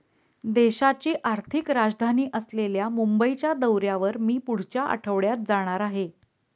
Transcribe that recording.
देशाची आर्थिक राजधानी असलेल्या मुंबईच्या दौऱ्यावर मी पुढच्या आठवड्यात जाणार आहे